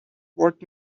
what